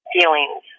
feelings